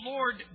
Lord